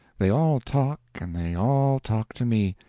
they all talk, and they all talk to me,